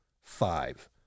five